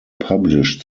published